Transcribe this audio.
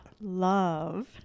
love